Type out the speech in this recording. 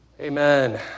Amen